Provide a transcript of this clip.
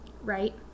right